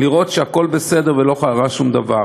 כדי לראות שהכול בסדר ולא קרה שום דבר.